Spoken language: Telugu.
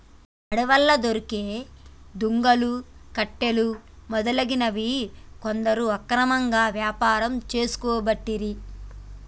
అడవిలా దొరికే దుంగలు, కట్టెలు మొదలగునవి కొందరు అక్రమంగా వ్యాపారం చేసుకోబట్టిరి